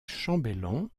chambellan